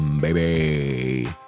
baby